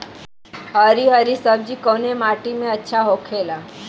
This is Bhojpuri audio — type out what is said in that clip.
हरी हरी सब्जी कवने माटी में अच्छा होखेला?